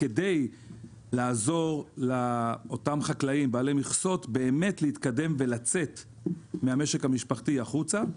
כדי לעזור לאותם חקלאים בעלי מכסות להתקדם ולצאת מהמשק המשפחתי החוצה.